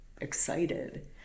excited